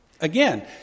Again